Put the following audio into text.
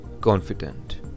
confident